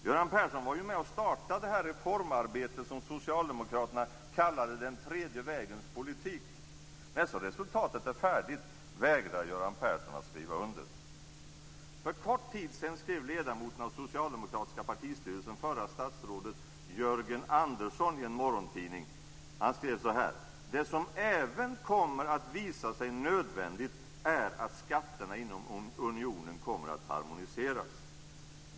Göran Persson var ju med om att starta det reformarbete som socialdemokraterna kallade den tredje vägens politik. När så resultatet är färdigt vägrar Göran Persson att skriva under. För en kort tid sedan skrev ledamoten av socialdemokratiska partistyrelsen, förra statsrådet Jörgen "Det som även kommer att visa sig nödvändigt är att skatterna inom unionen kommer att harmoniseras."